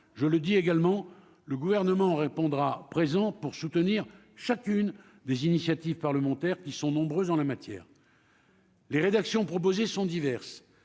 je le dis également le gouvernement répondra présent pour soutenir chacune des initiatives parlementaires qui sont nombreuses en la matière. Les rédactions proposées sont diverses